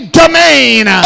domain